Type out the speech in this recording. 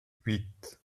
huit